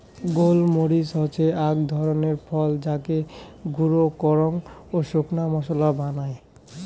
গোল মরিচ হসে আক ধরণের ফল যাকে গুঁড়ো করাং শুকনো মশলা বানায়